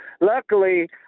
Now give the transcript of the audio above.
Luckily